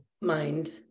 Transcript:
mind